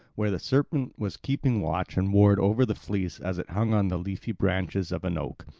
where the serpent was keeping watch and ward over the fleece as it hung on the leafy branches of an oak.